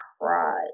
cried